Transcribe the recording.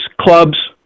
clubs